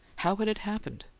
how had it happened?